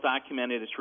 documented